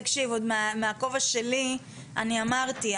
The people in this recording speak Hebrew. תקשיב עוד מהכובע שלי אני אמרתי,